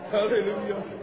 Hallelujah